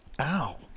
Ow